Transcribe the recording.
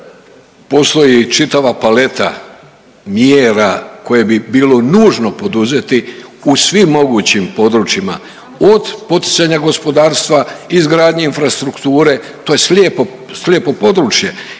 Postoji čitava paleta mjera koje bi bilo nužno poduzeti u svim mogućim područjima od poticanja gospodarstva, izgradnje infrastrukture, to je slijepo područje.